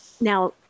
Now